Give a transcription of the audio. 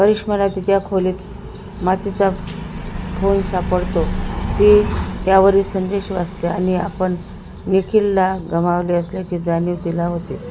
करिश्माला तिच्या खोलीत मातीचा फोन सापडतो ती त्यावरील संदेश वाचते आणि आपण निखिलला गमावले असल्याचे जाणीव तिला होते